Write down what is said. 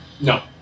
No